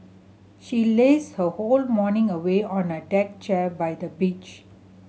she lazed her whole morning away on a deck chair by the beach